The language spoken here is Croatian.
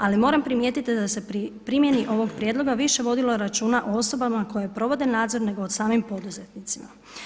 Ali moram primijetiti da se pri primjeni ovog prijedloga više vodilo računa o osobama koje provode nadzor nego o samim poduzetnicima.